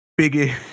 Biggie